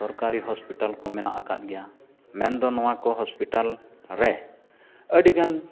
ᱥᱚᱨᱠᱟᱨᱤ ᱦᱚᱥᱯᱤᱴᱟᱞ ᱠᱚ ᱢᱮᱱᱟᱜ ᱟᱠᱟᱫ ᱜᱮᱭᱟ ᱢᱮᱱᱫᱚ ᱱᱚᱣᱟ ᱠᱚ ᱦᱚᱥᱯᱤᱴᱟᱞ ᱨᱮ ᱟᱹᱰᱤᱜᱟᱱ